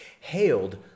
hailed